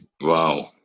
wow